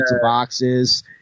boxes